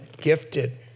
gifted